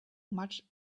much